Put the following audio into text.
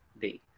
day